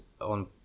on